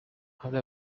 hari